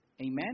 Amen